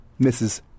Mrs